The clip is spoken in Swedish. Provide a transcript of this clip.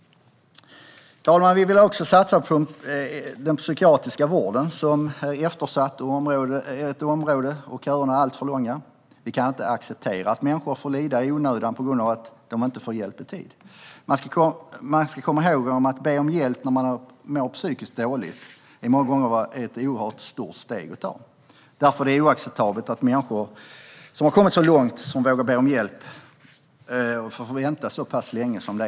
Herr talman! Vi vill också satsa på den psykiatriska vården, som är ett eftersatt område där köerna är alltför långa. Vi kan aldrig acceptera att människor får lida i onödan på grund av att de inte får hjälp i tid. Man ska komma ihåg att när man mår psykiskt dåligt kan det många gånger vara ett oerhört stort steg att ta att be om hjälp. Det är därför oacceptabelt att människor som har kommit så långt att de vågar be om hjälp får vänta så länge som i dag.